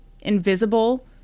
invisible